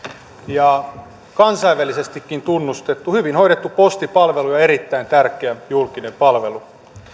ja kansainvälisestikin tunnustettu hyvin hoidettu postipalvelu on erittäin tärkeä julkinen palvelu